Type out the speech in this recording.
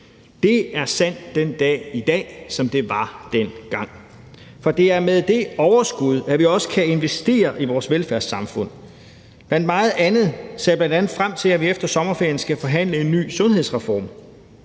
Det er sandt den dag i dag, som det var dengang. For det er med det overskud, at vi også kan investere i vores velfærdssamfund. Kl. 16:25 Blandt meget andet ser jeg frem til, at vi efter sommerferien skal forhandle en ny sundhedsreform.